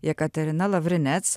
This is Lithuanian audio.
jekaterina lavrinec